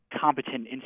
competent